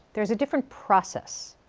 there's a different process.